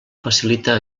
facilita